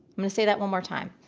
i'm going to say that one more time.